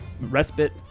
respite